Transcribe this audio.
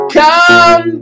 come